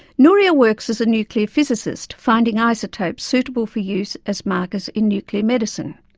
nouria works as a nuclear physicist, finding isotopes suitable for use as markers in nuclear medicine.